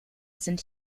sind